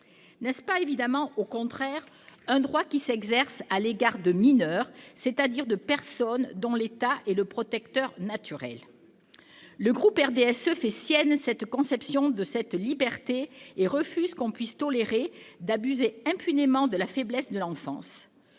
N'est-ce pas évidemment au contraire un droit qui s'exerce à l'égard de mineurs, c'est-à-dire de personnes dont l'État est le protecteur naturel ?» Tout à fait ! Le groupe du RDSE fait sienne cette conception de cette liberté et refuse que l'on puisse tolérer d'« abuser impunément de la faiblesse de l'enfance